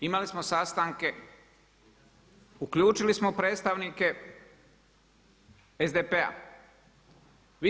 Imali smo sastanke, uključili smo predstavnike SDP-a.